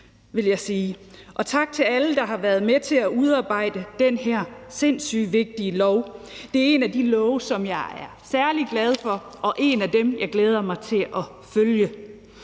vil jeg sige. Og tak til alle, der har været med til at udarbejde den her sindssyg vigtige lov. Det er en af de love, som jeg er særlig glad for, og en af dem, som jeg glæder mig til at følge.